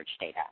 data